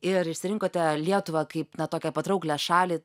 ir išsirinkote lietuvą kaip na tokią patrauklią šalį